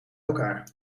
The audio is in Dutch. elkaar